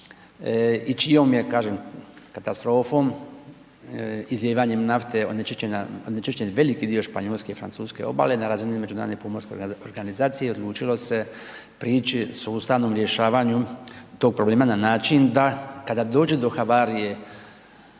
i čijom je kažem katastrofom, izlijevanjem nafte onečišćena, onečišćen veliki dio Španjolske i Francuske obale na razini međunarodne pomorske organizacije odlučilo se priči sustavnom rješavanju tog problema na način da kada dođe do havarije